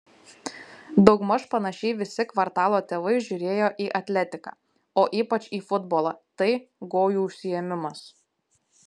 daugmaž panašiai visi kvartalo tėvai žiūrėjo į atletiką o ypač į futbolą tai gojų užsiėmimas